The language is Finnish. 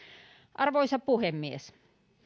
arvoisa puhemies